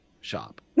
shop